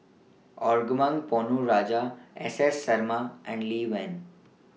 Arumugam Ponnu Rajah S S Sarma and Lee Wen